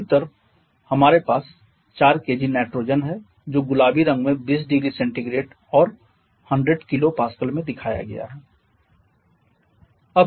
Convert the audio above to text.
दूसरी तरफ हमारे पास 4 kg नाइट्रोजन है जो गुलाबी रंग में 20 0C और 100 KPa में दिखाया गया है